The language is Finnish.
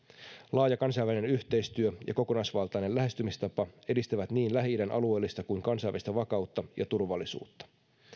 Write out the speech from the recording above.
laaja kansainvälinen yhteistyö ja kokonaisvaltainen lähestymistapa edistävät niin lähi idän alueellista kuin kansainvälistä vakautta ja turvallisuutta